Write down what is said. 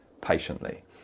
patiently